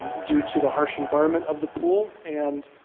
due to the harsh environment of the pool and